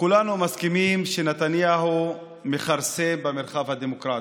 כולנו מסכימים שנתניהו מכרסם במרחב הדמוקרטי.